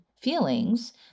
feelings